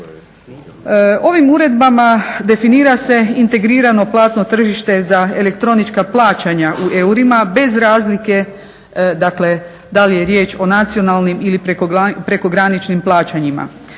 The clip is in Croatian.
Ovim uredbama definira se integrirano platno tržište za elektronička plaćanja u eurima bez razlike da li je riječ o nacionalnim ili prekograničnim plaćanjima.